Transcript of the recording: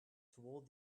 toward